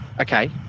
okay